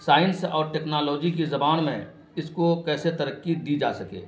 science اور technology کی زبان میں اس کو کیسے ترقی دی جا سکے